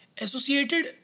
associated